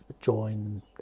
join